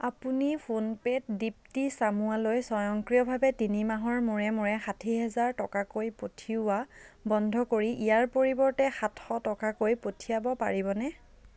আপুনি ফোন পে'ত দীপ্তি চামুৱালৈ স্বয়ংক্ৰিয়ভাৱে তিনি মাহৰ মূৰে মূৰে ষাঠী হাজাৰ টকাকৈ পঠিওৱা বন্ধ কৰি ইয়াৰ পৰিৱৰ্তে সাতশ টকাকৈ পঠিয়াব পাৰিবনে